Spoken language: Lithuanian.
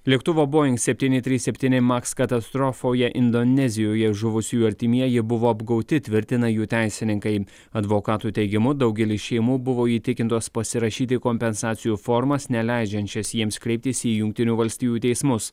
lėktuvo boing septyni trys septyni maks katastrofoje indonezijoje žuvusiųjų artimieji buvo apgauti tvirtina jų teisininkai advokatų teigimu daugelis šeimų buvo įtikintos pasirašyti kompensacijų formas neleidžiančias jiems kreiptis į jungtinių valstijų teismus